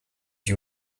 you